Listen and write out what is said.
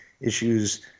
issues